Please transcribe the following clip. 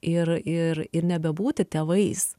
ir ir ir nebebūti tėvais